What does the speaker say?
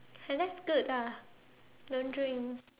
then that's good ah don't drink